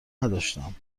نداشتم